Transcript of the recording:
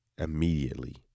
Immediately